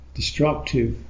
destructive